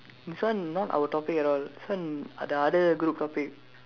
this one not our topic at all this one the other group topic